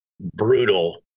brutal